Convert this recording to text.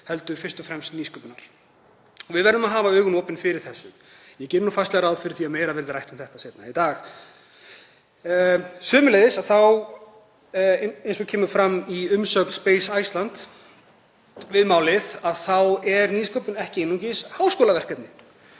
heldur er fyrst og fremst nýsköpun. Við verðum að hafa augun opin fyrir þessu. Ég geri fastlega ráð fyrir því að meira verði rætt um þetta seinna í dag. Sömuleiðis, eins og fram kemur í umsögn Space Iceland við málið er nýsköpun ekki einungis háskólaverkefni.